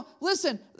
Listen